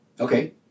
Okay